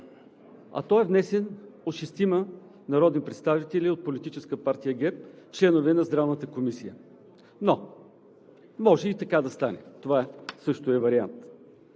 Той е внесен от шестима народни представители от Политическа партия ГЕРБ – членове на Здравната комисия, но може и така да стане. Това също е вариант.